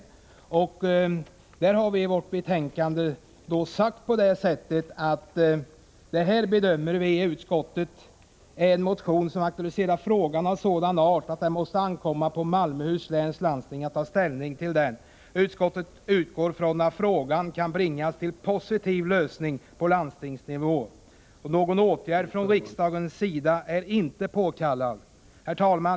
Utskottsmajoriteten har i sitt betänkande uttalat att vi bedömer den i motionen aktualiserade frågan vara av sådan art att det måste ankomma på Malmöhus läns landsting att ta ställning till den. Utskottets majoritet utgår ifrån att frågan kan bringas till en positiv lösning på landstingsnivå. Någon åtgärd från riksdagens sida är inte påkallad. Herr talman!